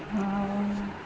ଆଉ